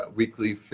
weekly